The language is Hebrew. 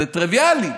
זה טריוויאלי.